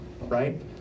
right